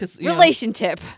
relationship